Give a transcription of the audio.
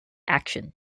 action